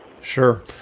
Sure